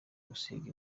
gusiga